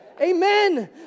Amen